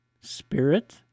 spirit